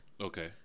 okay